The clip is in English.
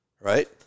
right